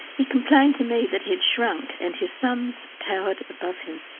he complained to me that he had shrunk and his sons towered above him.